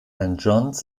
john’s